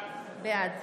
בעד